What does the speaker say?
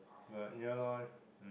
but yeah loh